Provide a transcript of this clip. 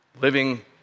living